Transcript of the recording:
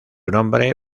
nombre